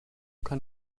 kann